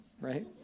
right